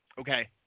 Okay